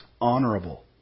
honorable